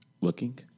Looking